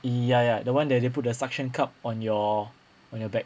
ya ya the one that they put the suction cup on your on your back